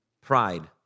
pride